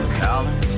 collar